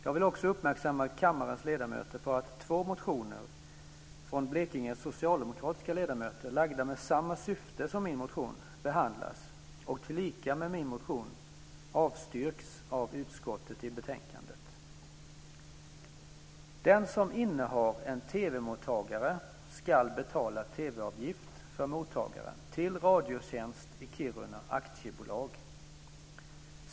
Jag vill också uppmärksamma kammarens ledamöter på att två motioner från Blekinges socialdemokratiska ledamöter, väckta med samma syfte som min motion, behandlas och tillika med min motion avstyrks av utskottet i betänkandet. Aktiebolag."